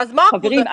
חברים,